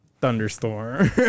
thunderstorm